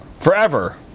Forever